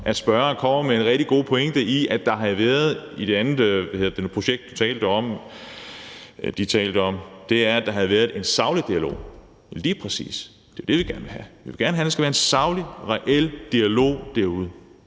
at spørgeren har en rigtig god pointe i, at der i forbindelse med det andet projekt, der blev talt om, havde været en saglig dialog – lige præcis! Det er det, vi gerne vil have. Vi vil gerne have, at der skal være en saglig, reel dialog derude;